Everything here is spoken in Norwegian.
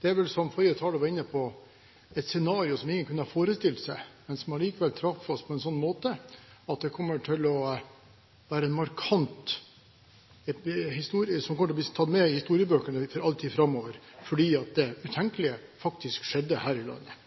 Det er vel, som forrige taler var inne på, et scenario som ingen kunne ha forestilt seg. Det traff oss på en sånn måte at dette er en markant historie som kommer til å bli tatt med i historiebøkene i all tid framover. Det utenkelige skjedde faktisk her i landet.